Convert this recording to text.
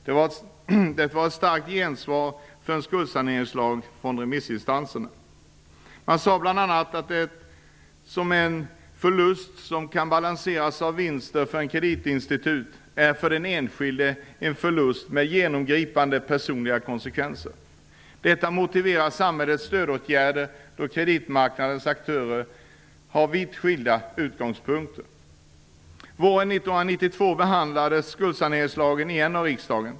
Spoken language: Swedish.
Det var ett starkt gensvar för en skuldsaneringslag från remissinstanserna. Man sade bl.a. att det som för ett kreditinstitut är en förlust som kan balanseras av vinster är för den enskilde en förlust med genomgripande personliga konsekvenser. Detta motiverar samhällets stödåtgärder då kreditmarknadens aktörer har vitt skilda utgångspunkter. Våren 1992 behandlades skuldsaneringslagen igen av riksdagen.